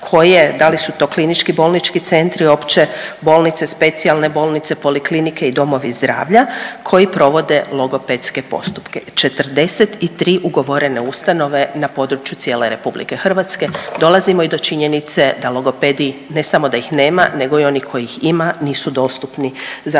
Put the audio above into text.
da li su to Klinički bolnički centri uopće, bolnice, specijalne bolnice, poliklinike i domovi zdravlja koji provode logopedske postupke. 43 ugovorene ustanove na područje cijele Republike Hrvatske. Dolazimo i do činjenice da logopedi ne samo da ih nema, nego i oni kojih ima nisu dostupni za